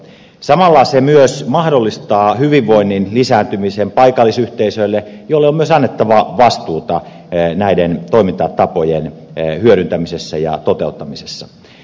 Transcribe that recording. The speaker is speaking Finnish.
samalla se myös mahdollistaa hyvinvoinnin lisääntymisen paikallisyhteisöille joille on myös annettava vastuuta näiden toimintatapojen hyödyntämisessä ja toteuttamisessa